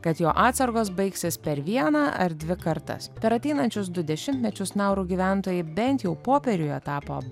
kad jo atsargos baigsis per vieną ar dvi kartas per ateinančius du dešimtmečius nauru gyventojai bent jau popieriuje tapo